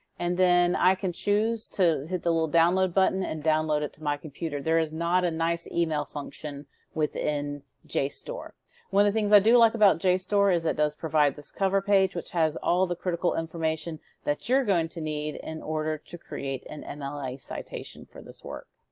and then i can choose to hit the little download button and download it to my computer. there is not a nice email function within jstor. one of the things i do like about jstor is that does provide this cover page which has all the critical information that you're going to need in order to create and an mla citation for this work.